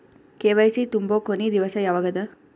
KYC ತುಂಬೊ ಕೊನಿ ದಿವಸ ಯಾವಗದ?